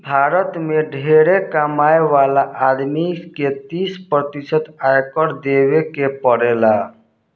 भारत में ढेरे कमाए वाला आदमी के तीस प्रतिशत आयकर देवे के पड़ेला